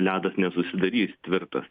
ledas nesusidarys tvirtas